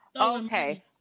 Okay